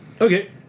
okay